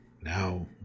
now